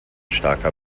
starker